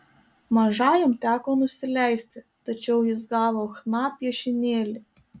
mažajam teko nusileisti tačiau jis gavo chna piešinėlį